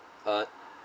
uh